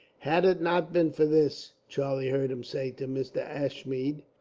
had it not been for this, charlie heard him say to mr. ashmead,